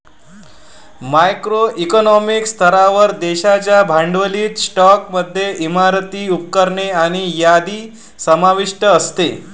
macro economic स्तरावर, देशाच्या भांडवली स्टॉकमध्ये इमारती, उपकरणे आणि यादी समाविष्ट असते